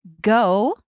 Go